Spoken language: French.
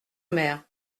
mer